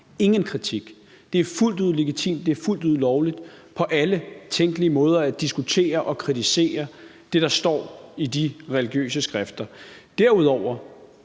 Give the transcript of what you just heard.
ingen kritik! Det er fuldt ud legitimt. Det er fuldt ud lovligt på alle tænkelige måder at diskutere og kritisere det, der står i de religiøse skrifter. Derudover